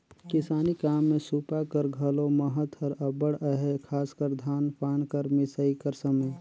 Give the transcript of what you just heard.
किसानी काम मे सूपा कर घलो महत हर अब्बड़ अहे, खासकर धान पान कर मिसई कर समे